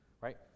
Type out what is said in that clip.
right